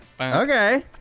Okay